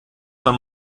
von